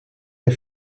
les